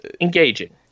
engaging